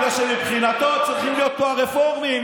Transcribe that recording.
מפני שמבחינתו צריכים להיות פה הרפורמים,